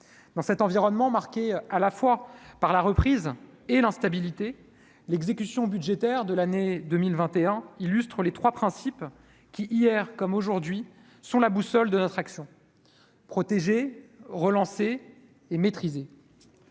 dans cet environnement marqué à la fois par la reprise et l'instabilité, l'exécution budgétaire de l'année 2021 illustrent les 3 principes qui, hier comme aujourd'hui, sont la boussole de infraction protéger relancée et maîtriser